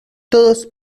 todos